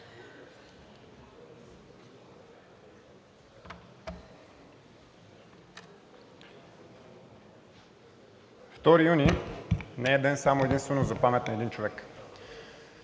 2 юни не е ден само единствено за памет на един човек.